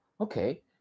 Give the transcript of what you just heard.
Okay